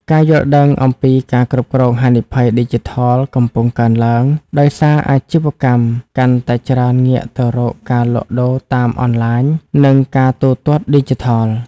ការយល់ដឹងអំពីការគ្រប់គ្រងហានិភ័យឌីជីថល កំពុងកើនឡើង ដោយសារអាជីវកម្មកាន់តែច្រើនងាកទៅរកការលក់ដូរតាមអនឡាញ និងការទូទាត់ឌីជីថល។